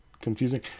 confusing